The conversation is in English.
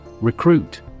Recruit